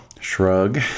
Shrug